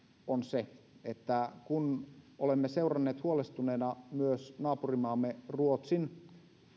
on se että kun olemme seuranneet huolestuneena myös naapurimaamme ruotsin